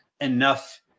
enough